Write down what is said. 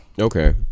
okay